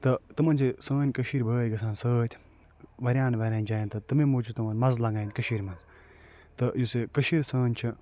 تہٕ تِمَن چھِ سٲنۍ کٔشیٖر بٲے گژھان سۭتۍ واریاہَن واریاہَن جایہٕ تہٕ تَمی موٗجوٗب چھِ تِمَن مَزٕ لگان کٔشیٖرِ منٛز تہٕ یُس یہِ کٔشیٖر سٲنۍ چھِ